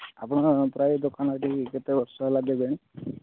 ଆପଣ ପ୍ରାୟ ଦୋକାନ ଏଠି କେତେ ବର୍ଷ ହେଲା ଦେଲେଣି